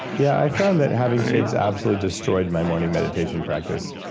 yeah. i found that having kids absolutely destroyed my morning meditation practice.